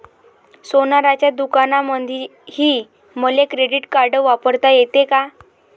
सोनाराच्या दुकानामंधीही मले क्रेडिट कार्ड वापरता येते का?